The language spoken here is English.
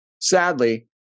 Sadly